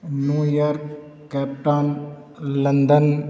New York Cape Town London